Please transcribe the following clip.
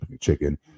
chicken